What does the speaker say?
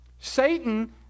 Satan